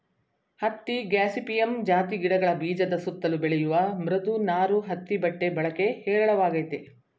ಹತ್ತಿ ಗಾಸಿಪಿಯಮ್ ಜಾತಿ ಗಿಡಗಳ ಬೀಜದ ಸುತ್ತಲು ಬೆಳೆಯುವ ಮೃದು ನಾರು ಹತ್ತಿ ಬಟ್ಟೆ ಬಳಕೆ ಹೇರಳವಾಗಯ್ತೆ